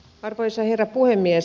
arvoisa herra puhemies